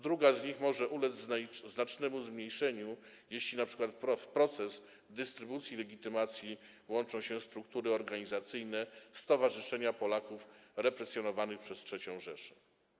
Druga z nich może ulec znacznemu zmniejszeniu, jeśli np. w proces dystrybucji legitymacji włączą się struktury organizacyjne Stowarzyszenia Polaków Represjonowanych przez III Rzeszę.